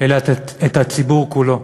אלא את הציבור כולו.